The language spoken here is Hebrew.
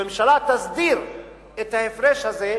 הממשלה תסדיר את ההפרש הזה,